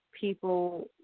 people